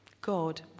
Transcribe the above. God